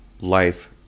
life